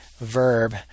verb